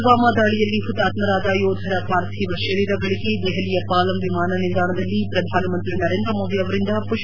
ಮಲ್ಲಾಮಾ ದಾಳಿಯಲ್ಲಿ ಪುತಾತ್ನರಾದ ಯೋಧರ ಪಾರ್ಥಿವ ತರೀರಗಳಿಗೆ ದೆಹಲಿಯ ಪಾಲಂ ವಿಮಾನ ನಿಲ್ಲಾಣದಲ್ಲಿ ಪ್ರಧಾನ ಮಂತ್ರಿ ನರೇಂದ್ರ ಮೋದಿ ಅವರಿಂದ ಮಷ್ಷನಮನ